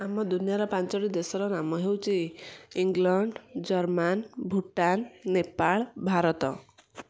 ଆମ ଦୁନିଆର ପାଞ୍ଚଟି ଦେଶର ନାମ ହେଉଛି ଇଂଲଣ୍ଡ ଜର୍ମାନୀ ଭୁଟାନ୍ ନେପାଳ ଭାରତ